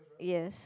yes